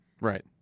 Right